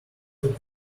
took